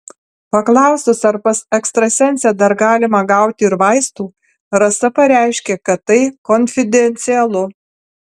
paklausus ar pas ekstrasensę dar galima gauti ir vaistų rasa pareiškė kad tai konfidencialu